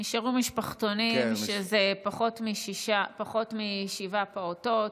נשארו משפחתונים, שזה פחות משבעה פעוטות.